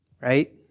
right